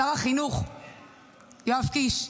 שר החינוך יואב קיש,